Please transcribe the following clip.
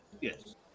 yes